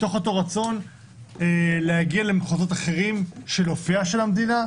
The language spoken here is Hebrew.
מתוך אותו רצון להגיע למחוזות אחרים לגבי אופייה של המדינה,